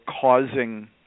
causing